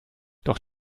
doch